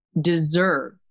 deserve